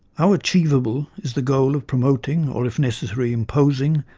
how achievable is the goal of promoting, or if necessary imposing,